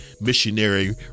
Missionary